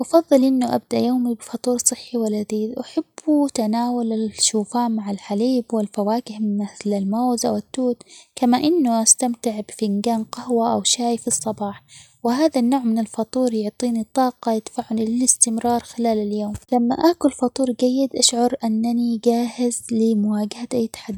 أفظل إنه أبدأ يومي بفطور صحي، ولذيذ أحب تناول -ال -الشوفان مع الحليب ،والفواكه مثل-ال- الموز، أو التوت، كما إنه استمتع بفنجان قهوة أو شاي في الصباح، وهذا النوع من الفطور يعطيني طاقة يدفعني للاستمرار خلال اليوم ، لما آكل فطور جيد أشعر أنني جاهز لمواجهة أى -تحد-.